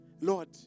Lord